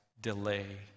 delay